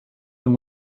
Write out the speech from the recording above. than